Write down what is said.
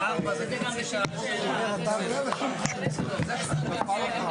האחרונות או משהו כזה אפשר היה לפצל מגרש מנחלה.